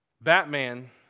Batman